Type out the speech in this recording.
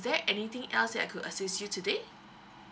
is there anything else that I could assist you today